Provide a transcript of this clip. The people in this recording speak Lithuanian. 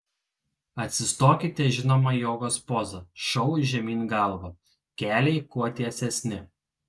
atsistokite žinoma jogos poza šou žemyn galva keliai kuo tiesesni